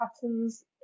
patterns